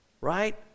right